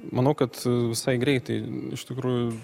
manau kad visai greitai iš tikrųjų